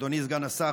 אדוני סגן השר,